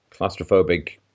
claustrophobic